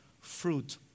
fruit